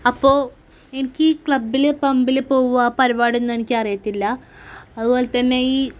അപ്പോൾ എനിക്കീ ക്ലബ്ബിൽ പബ്ബിൽ പോകുക പരിപാടിയൊന്നും എനിക്ക് അറിയത്തില്ല അതുപോലെതന്നെ ഈ